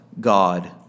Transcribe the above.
God